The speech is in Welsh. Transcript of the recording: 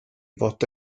fod